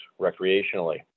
recreationally